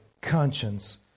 conscience